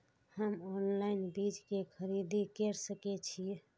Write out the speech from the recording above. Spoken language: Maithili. हम ऑनलाइन बीज के खरीदी केर सके छी?